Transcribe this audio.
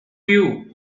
you